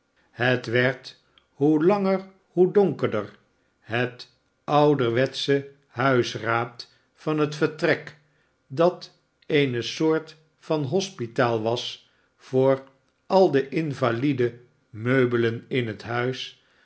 het werd hoe langer hoe donkerder het ouderwetsche huisraad van het vertrek dat eene soort van hospitaal was voor al de invalide meubelen in het huis